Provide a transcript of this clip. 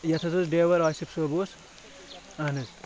یَتھ حظ اوس ڈیوَر آسِف صٲب اوس اَہن حظ